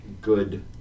good